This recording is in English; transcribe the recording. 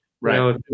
right